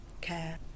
care